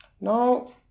Now